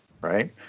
right